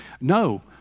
no